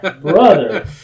brother